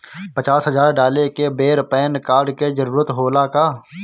पचास हजार डाले के बेर पैन कार्ड के जरूरत होला का?